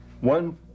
one